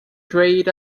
grayed